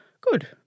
Good